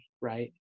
right